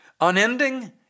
unending